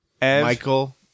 Michael